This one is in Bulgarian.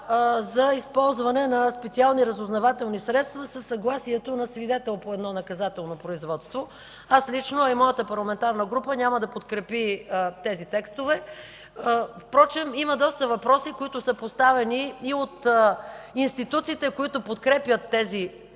за използване на специални разузнавателни средства със съгласието на свидетел по едно наказателно производство. Аз лично, а и моята парламентарна група няма да подкрепим тези текстове. Впрочем има доста въпроси, които са поставени и от институциите, които подкрепят тези